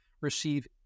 receive